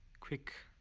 quick,